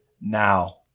now